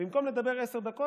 במקום לדבר עשר דקות,